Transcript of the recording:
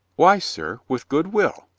why, sir, with good will,